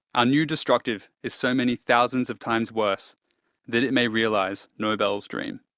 our new destructive is so many thousands of times worse that it may realize nobel's dream.